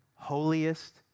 holiest